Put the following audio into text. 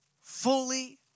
fully